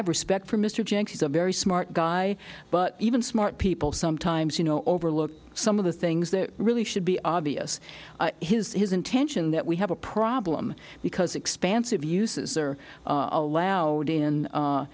have respect for mr jenks he's a very smart guy but even smart people sometimes you know overlook some of the things that really should be obvious his intention that we have a problem because expansive uses are allowed in